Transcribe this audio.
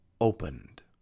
opened